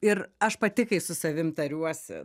ir aš pati kai su savimi tariuosi